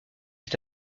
est